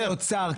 בלי אוצר.